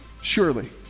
Surely